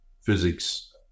physics